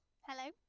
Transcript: Hello